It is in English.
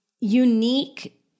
unique